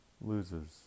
loses